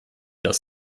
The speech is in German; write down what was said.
das